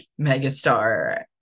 megastar